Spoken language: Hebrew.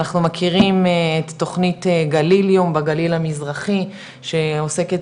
אנחו מכירים את תוכנית גליליום בגליל המזרחי שעוסקת